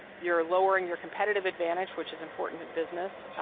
you're lowering your competitive advantage, which is important in business,